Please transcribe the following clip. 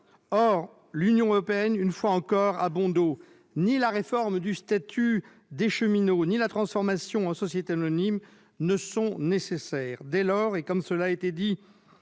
l'Union européenne qui le veut. Une fois encore, elle a bon dos ! Ni la réforme du statut des cheminots ni la transformation de la SNCF en société anonyme ne sont nécessaires. Dès lors, et comme cela a été dit,